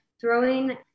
throwing